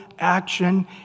action